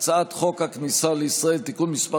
הצעת חוק הכניסה לישראל (תיקון מס'